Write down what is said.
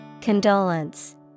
Condolence